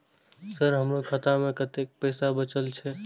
Sir हमरो खाता में कतेक पैसा बचल छे?